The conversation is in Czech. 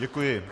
Děkuji.